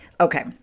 Okay